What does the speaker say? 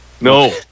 No